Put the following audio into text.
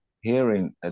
hearing